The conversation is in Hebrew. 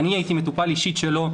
אני הייתי מטופל אישי שלו.